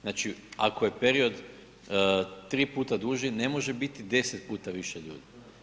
Znači ako je period 3 puta duži, ne može biti 10 puta više ljudi.